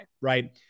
right